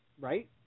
Right